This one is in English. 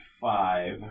five